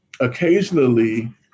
occasionally